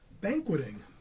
banqueting